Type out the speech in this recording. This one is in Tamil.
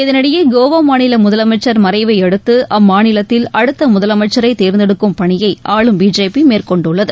இதனிடையே கோவா மாநில முதலமைச்சர் மறைவையடுத்து அம்மாநிலத்தில் அடுத்த முதலமைச்சரை தேர்ந்தெடுக்கும் பணியை ஆளும் பிஜேபி மேற்கொண்டுள்ளது